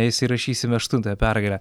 įsirašysime aštuntąją pergalę